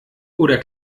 oder